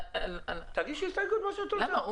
למה?